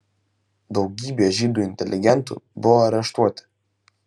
daugybė žydų inteligentų buvo areštuoti